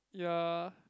ya